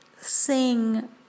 sing